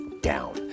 down